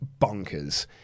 bonkers